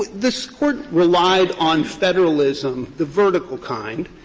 this court relied on federalism, the vertical kind,